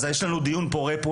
אז יש לנו דיון פורה פה.